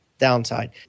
Downside